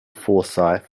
forsyth